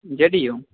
J D U